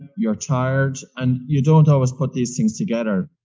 you're tired and you don't always put these things together.